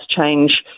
change